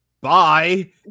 Bye